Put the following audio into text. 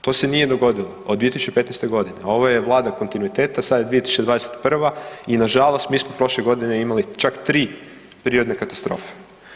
To se nije dogodilo od 2015. godine, a ovo je Vlada kontinuiteta, sad je 2021. i nažalost, mi smo prošle godine imali čak tri prirodne katastrofe.